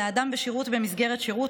ולאדם בשירות במסגרת שירות,